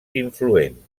influent